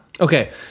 Okay